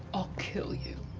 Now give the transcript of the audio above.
i'll kill you.